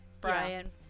Brian